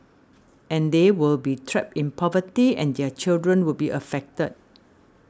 and they will be trapped in poverty and their children will be affected